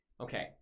Okay